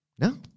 no